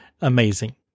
amazing